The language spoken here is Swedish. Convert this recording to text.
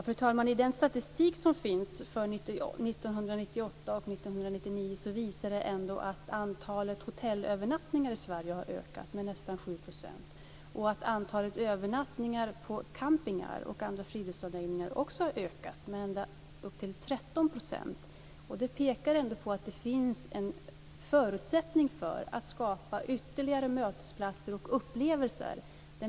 Fru talman! I den statistik som finns för 1998 och 1999 visas det att antalet hotellövernattningar i Sverige har ökat med nästan 7 % och att antalet övernattningar på campingar och andra friluftsanläggningar också har ökat - med ända upp till 13 %. Det pekar på att det finns en förutsättning för att skapa ytterligare mötesplatser och upplevelser.